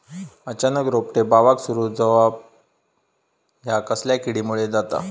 अचानक रोपटे बावाक सुरू जवाप हया कसल्या किडीमुळे जाता?